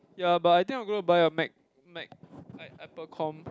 ya but I think I'm gonna buy a mac mac like apple com